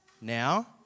now